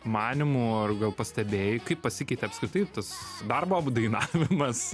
manymu ar gal pastebėjai kaip pasikeitė apskritai tas darbo apdainavimas